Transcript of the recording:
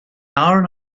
hour